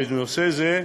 בנושא זה: